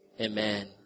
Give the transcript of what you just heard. Amen